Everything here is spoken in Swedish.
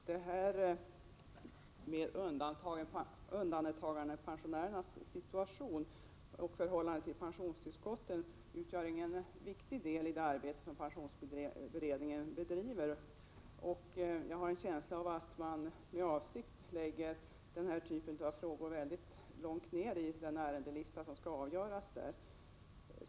Herr talman! Undantagandepensionärernas situation och förhållande till pensionstillskotten utgör ingen viktig del i det arbete som pensionsberedningen bedriver. Jag har en känsla av att man med avsikt placerar den här typen av frågor mycket långt ned på den lista av ärenden som skall avgöras.